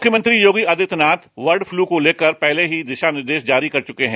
मुख्यमंत्री योगी आदित्यनाथ बर्डफ्लू को लेकर पहले ही निर्देश जारी कर चुके हैं